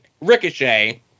ricochet